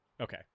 Okay